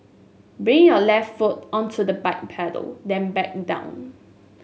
bring your left foot onto the bike pedal then back down